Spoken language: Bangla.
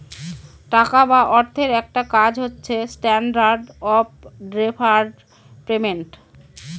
টাকা বা অর্থের একটা কাজ হচ্ছে স্ট্যান্ডার্ড অফ ডেফার্ড পেমেন্ট